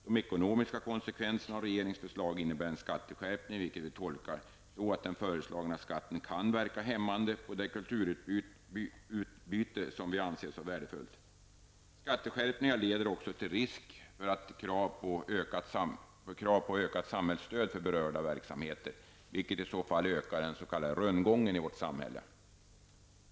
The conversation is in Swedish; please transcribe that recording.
De ekonomiska konsekvenserna av regeringens förslag innebär en skatteskärpning, vilket vi tolkar så att den föreslagna skatten kan verka hämmande på det kulturutbyte som vi anser så värdefullt. Skatteskärpningar leder också till risk för krav på ökat samhällsstöd för berörda verksamheter, vilket i så fall ökar den s.k. rundgången i vårt samhälle.